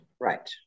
right